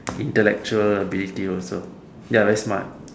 intellectual ability also ya very smart